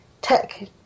tech